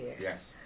Yes